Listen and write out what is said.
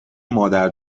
مادر